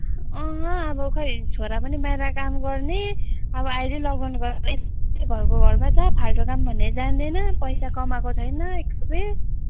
अहँ अब खोइ छोरा पनि बाहिर काम गर्ने अब अहिले लकडाउन घरको घरमै छ फाल्टो काम भन्ने जान्दैन पैसा कमाएको छैन एक रुपियाँ